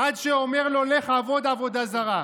עד שאומר לו: לך עבוד עבודה זרה.